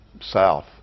south